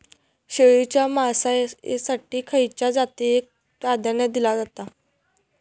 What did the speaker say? शेळीच्या मांसाएसाठी खयच्या जातीएक प्राधान्य दिला जाता?